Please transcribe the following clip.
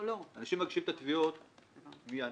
אנשים מגישים את התביעות מינואר.